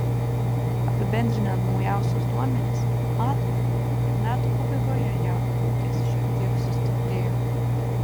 apibendrinę naujausius duomenis matome kad metų pabaigoje jav ūkis šiek tiek sustiprėjo